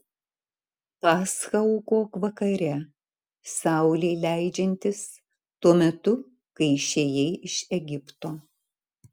paschą aukok vakare saulei leidžiantis tuo metu kai išėjai iš egipto